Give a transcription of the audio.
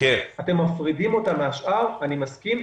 מפרידים אותה מהשאר אני מסכים,